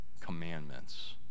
commandments